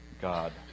God